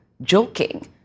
joking